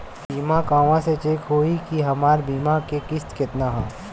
बीमा कहवा से चेक होयी की हमार बीमा के किस्त केतना ह?